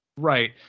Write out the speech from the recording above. Right